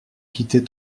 quitter